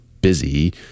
busy